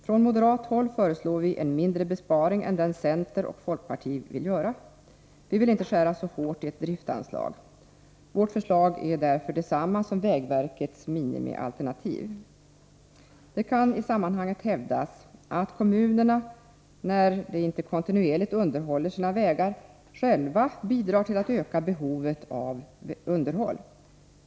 Från moderat håll föreslår vi en mindre besparing än den centern och folkpartiet vill göra. Vi vill inte skära så hårt i ett driftsanslag. Vårt förslag är därför detsamma som vägverkets minimialternativ. Det kan i sammanhanget hävdas att kommunerna, när de inte kontinuerligt underhåller sina vägar, själva bidrar till att öka behovet av underhåll.